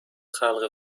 خلق